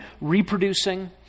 reproducing